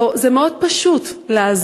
הלוא זה מאוד פשוט לעזור,